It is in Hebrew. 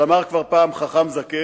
אבל כבר אמר פעם חכם זקן,